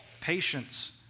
patience